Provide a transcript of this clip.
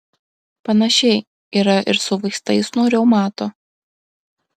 panašiai yra ir su vaistais nuo reumato